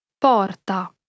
Porta